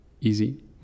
easy